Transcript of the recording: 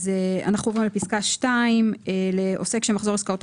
אנחנו עוברים לפסקה (2) - "עוסק שמחזור עסקאותיו